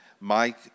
Mike